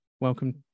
welcome